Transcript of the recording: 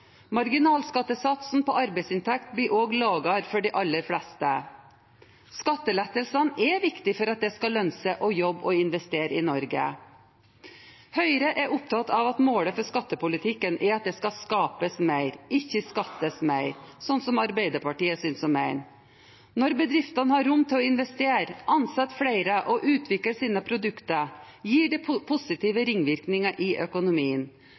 Marginalskattesatsen på arbeidsinntekt blir også lavere for de aller fleste. Skattelettelsene er viktige for at det skal lønne seg å jobbe og investere i Norge. Høyre er opptatt av at målet for skattepolitikken er at det skal skapes mer, ikke skattes mer, slik Arbeiderpartiet synes å mene. Når bedriftene har rom til å investere, ansette flere og utvikle sine produkter, gir det positive ringvirkninger i økonomien.